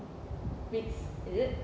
weeks is it